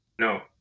No